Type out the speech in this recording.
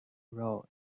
role